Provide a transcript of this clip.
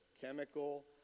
chemical